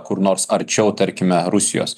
kur nors arčiau tarkime rusijos